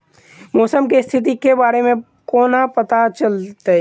मौसम केँ स्थिति केँ बारे मे कोना पत्ता चलितै?